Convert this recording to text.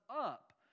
up